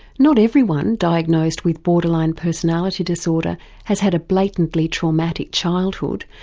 not everyone diagnosed with borderline personality disorder has had a blatantly traumatic childhood.